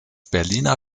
berliner